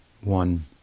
one